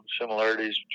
similarities